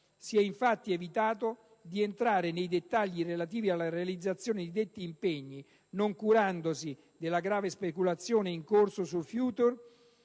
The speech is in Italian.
Si è infatti evitato di entrare in dettagli relativi alla realizzazione di detti impegni, non curandosi della grave speculazione in corso sui *futures*